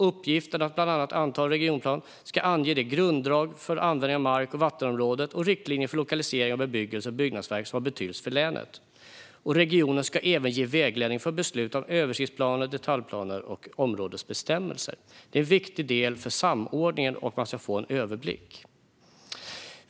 Uppgiften att bland annat anta en regionplan ska innefatta att ange grunddrag för användningen av mark och vattenområden och riktlinjer för lokaliseringen av bebyggelse och byggnadsverk som har betydelse för länet. Regionplanen ska även ge vägledning för beslut om översiktsplaner, detaljplaner och områdesbestämmelser. Detta är en viktig del för samordningen och för att man ska få en överblick.